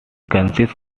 consists